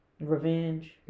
Revenge